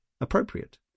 appropriate